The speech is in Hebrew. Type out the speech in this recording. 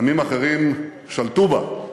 עמים אחרים שלטו בה,